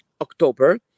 October